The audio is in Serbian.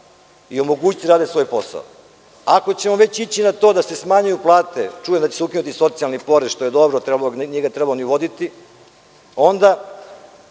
i omogućiti da rade svoj posao. Ako ćemo već ići na to da se smanjuju plate, čujem da će se ukinuti solidarni porez, što je dobro, nije ga trebalo ni uvoditi, onda